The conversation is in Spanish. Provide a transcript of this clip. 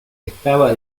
estaba